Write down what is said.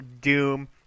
Doom